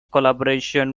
collaboration